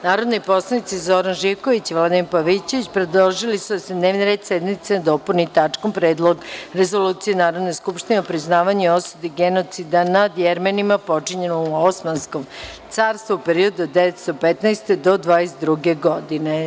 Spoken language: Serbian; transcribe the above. Narodni poslanici Zoran Živković i Vladimir Pavićević predložili su da se dnevni red sednice dopuni tačkom – Predlog rezolucije Narodne skupštine o priznavanju i osudi genocida na Jermenima počinjenom u Osmanskom carstvu u periodu od 1915. do 1922. godine.